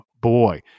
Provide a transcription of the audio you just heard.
boy